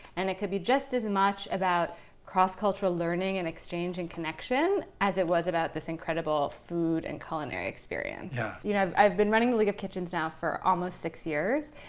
and it could be as much about cross-cultural learning and exchange and connection as it was about this incredible food and culinary experience yeah you know i've i've been running league of kitchens now for almost six years,